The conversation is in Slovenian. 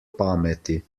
pameti